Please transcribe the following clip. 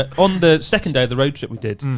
ah on the second day of the road trip we did,